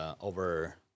over